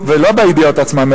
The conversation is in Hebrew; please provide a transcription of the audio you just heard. ולא בידיעות עצמן,